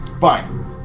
Fine